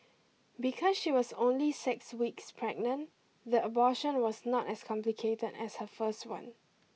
because she was only six weeks pregnant the abortion was not as complicated as her first one